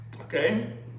Okay